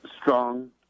strong